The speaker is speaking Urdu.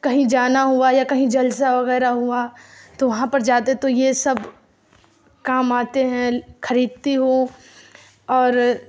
کہیں جانا ہوا کہیں جلسہ وغیرہ ہوا تو وہاں پر جاتے تو یہ سب کام آتے ہیں خریدتی ہوں اور